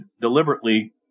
deliberately